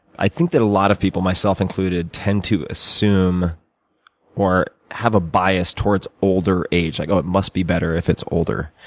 i think that a lot of people, myself included, tend to assume or have a bias towards older age. like ah it must be better if it's older.